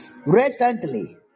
Recently